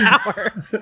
power